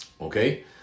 Okay